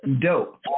dope